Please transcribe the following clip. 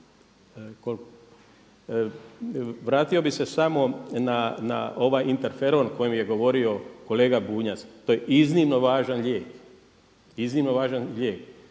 Vratio bih se samo na ovaj interferon o kojem je govorio kolega Bunjac. To je iznimno važan lijek,